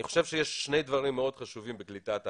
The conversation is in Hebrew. אני חושב שיש שני דברים מאוד חשובים בקליטת העלייה.